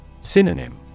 Synonym